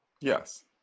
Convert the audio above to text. Yes